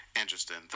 interesting